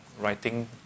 writing